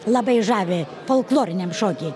labai žavi folkloriniam šoky